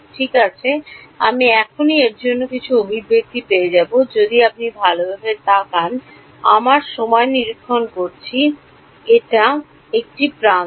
ঠিক আছে আমি এখনই এর জন্য কিছু অভিব্যক্তি পেয়ে যাব যদি আপনি ভালভাবে তাকান আমরা সময় নিরীক্ষণ করছি এটি একটি প্রান্ত